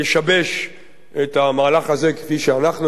את המהלך הזה, כפי שאנחנו תכננו אותו.